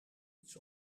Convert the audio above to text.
iets